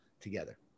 together